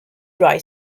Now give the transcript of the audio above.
dry